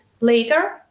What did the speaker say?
later